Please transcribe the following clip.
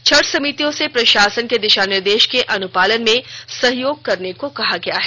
छठ समितियों से प्रशासन के दिशा निर्देश के अनुपालन में सहयोग करने को कहा गया है